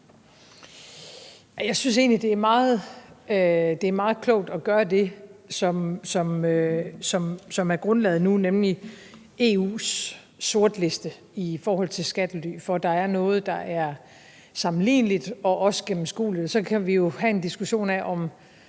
Jeg synes egentlig, det er meget klogt at gøre det, som er grundlaget nu, nemlig at henvise til EU's sortliste over skattely, sådan at der er noget, der er sammenligneligt og også gennemskueligt. Så kan vi jo have en diskussion af, om